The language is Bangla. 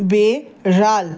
বিড়াল